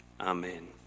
Amen